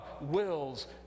wills